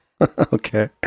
Okay